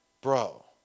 bro